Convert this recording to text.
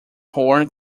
horn